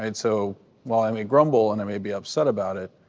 and so while i may grumble and i may be upset about it,